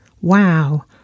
wow